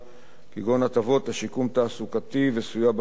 כגון הטבות לשיקום תעסוקתי וסיוע בלימודים,